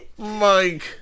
Mike